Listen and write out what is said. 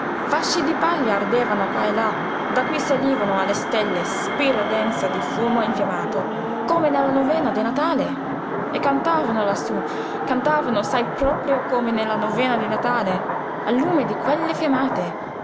fasci di paglia ardevano qua e là da cui salivano alle stelle spire dense di fumo infiammato come nella novena di natale e cantavano lassú cantavano sí proprio come nella novena di natale al lume di quelle fiammate